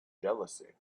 jealousy